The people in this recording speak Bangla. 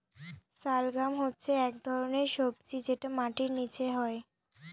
শালগাম হচ্ছে এক ধরনের সবজি যেটা মাটির নীচে হয়